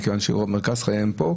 מכיוון שרוב מרכז חייהם כאן,